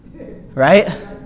Right